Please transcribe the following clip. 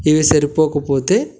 ఇవి సరిపోకపోతే